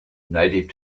native